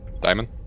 Diamond